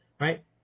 Right